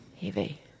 Heavy